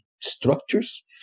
structures